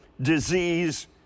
disease